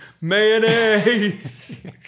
Mayonnaise